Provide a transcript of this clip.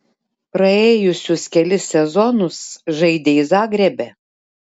praėjusius kelis sezonus žaidei zagrebe